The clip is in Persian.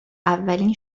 اولین